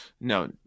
No